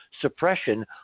suppression